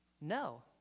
no